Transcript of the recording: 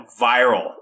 viral